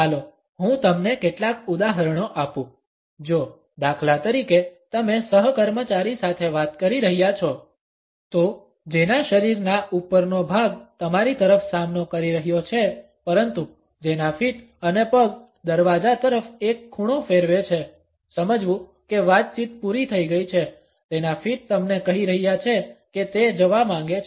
ચાલો હું તમને કેટલાક ઉદાહરણો આપું જો દાખલા તરીકે તમે સહકર્મચારી સાથે વાત કરી રહ્યા છો તો જેના શરીરના ઉપરનો ભાગ તમારી તરફ સામનો કરી રહ્યો છે પરંતુ જેના ફીટ અને પગ દરવાજા તરફ એક ખૂણો ફેરવે છે સમજવું કે વાતચીત પુરી થઈ ગઇ છે તેના ફીટ તમને કહી રહ્યા છે કે તે જવા માંગે છે